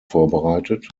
vorbereitet